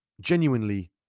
genuinely